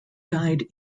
died